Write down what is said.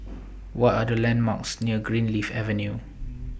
What Are The landmarks near Greenleaf Avenue